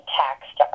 taxed